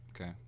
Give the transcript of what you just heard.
Okay